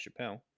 Chappelle